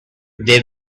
they